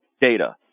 data